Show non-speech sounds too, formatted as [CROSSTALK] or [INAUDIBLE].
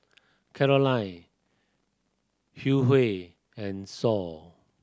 Caroline [UNINTELLIGIBLE] and Sol